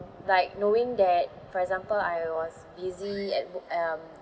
like knowing that for example I was busy at w~ um